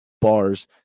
Bars